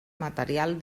material